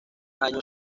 año